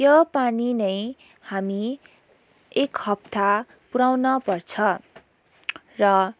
त्यो पानी नै हामी एक हप्ता पुऱ्याउन पर्छ र